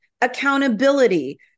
accountability